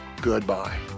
Goodbye